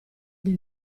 del